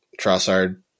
Trossard